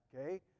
okay